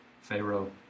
Pharaoh